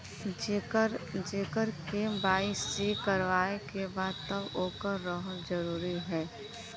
जेकर के.वाइ.सी करवाएं के बा तब ओकर रहल जरूरी हे?